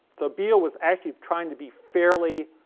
so biele was actually trying to be fairly